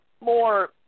more –